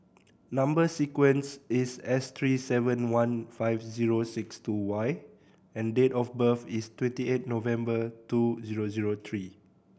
number sequence is S three seven one five zero six two Y and date of birth is twenty eight November two zero zero three